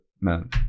man